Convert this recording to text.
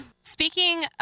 Speaking